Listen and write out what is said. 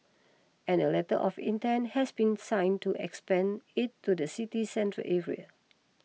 and a letter of intent has been sign to expand it to the city's central area